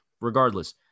regardless